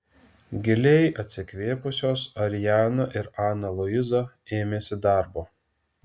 giliai atsikvėpusios ariana ir ana luiza ėmėsi darbo